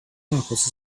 marcus